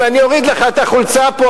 אם אני אוריד לך את החולצה פה,